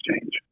change